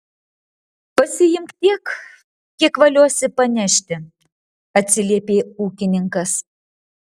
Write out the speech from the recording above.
pasiimk tiek kiek valiosi panešti atsiliepė ūkininkas